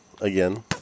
again